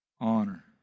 honor